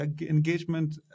engagement